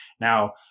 Now